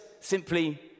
simply